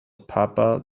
papa